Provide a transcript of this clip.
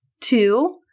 Two